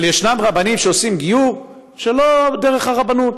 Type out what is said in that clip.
אבל יש רבנים שעושים גיור שלא דרך הרבנות,